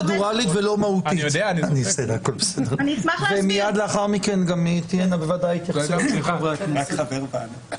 ומיד לאחר מכן תהיינה בוודאי התייחסויות של חברי הכנסת.